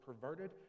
perverted